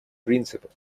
принцип